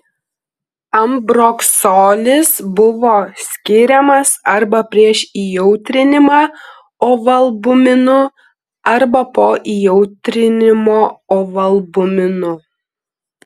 ambroksolis buvo skiriamas arba prieš įjautrinimą ovalbuminu arba po įjautrinimo ovalbuminu